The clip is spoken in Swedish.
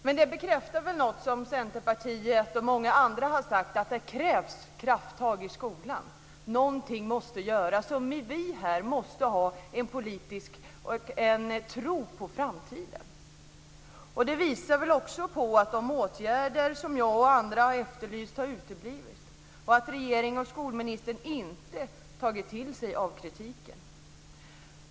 Men det bekräftar väl något som Centerpartiet och många andra har sagt, nämligen att det krävs krafttag i skolan. Någonting måste göras, och vi här måste ha en tro på framtiden. Det visar väl också på att de åtgärder som jag och andra har efterlyst har uteblivit och att regeringen och skolministern inte tagit till sig av kritiken.